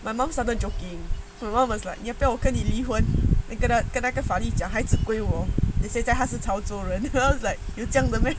my mum suddenly joking then my mum was like 你要不要我跟你离婚 then 跟那个跟那个法律讲孩子归我 then 现在他是潮州人 then I was like 有这样的 meh